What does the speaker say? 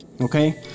okay